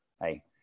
hey